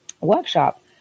workshop